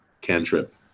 cantrip